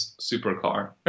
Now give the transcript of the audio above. supercar